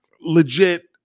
legit